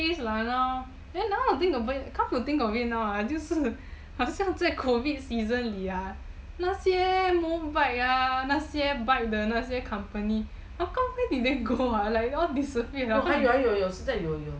no no space lah now then come to think of it now ah 好像在 COVID season 里啊那些 mobike 啊那些 bike 的 company how come where they go ah like all disappeared